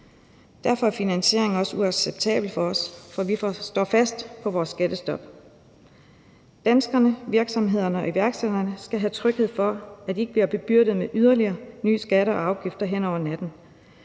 Derfor er finansieringen også uacceptabel for os. Vi står fast på vores skattestop. Danskerne, virksomhederne og iværksætterne skal have tryghed for, at de ikke bliver bebyrdet med yderligere nye skatter og afgifter hen over natten.